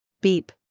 Beep